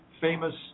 famous